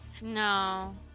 No